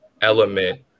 element